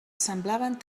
semblaven